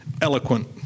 eloquent